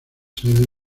sedes